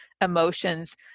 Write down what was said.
emotions